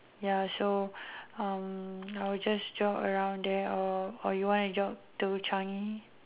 ya so um I will just jog around there or or you want to jog to Changi